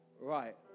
right